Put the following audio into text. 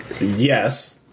Yes